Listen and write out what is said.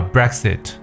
Brexit